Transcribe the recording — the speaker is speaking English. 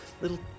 little